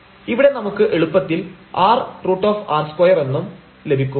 ഇവിടെ നമുക്ക് എളുപ്പത്തിൽ r√r2 എന്നും ലഭിക്കും